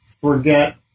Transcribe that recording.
forget